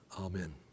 Amen